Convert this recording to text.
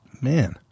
Man